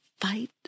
fight